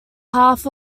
half